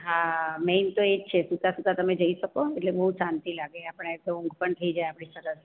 હા મેઈન તો એ છે સુતાં સુતાં તમે જઈ શકો એટલે બહુ શાંતિ લાગે આપણે તો ઊંઘ પણ થઈ જાય આપણી સરસ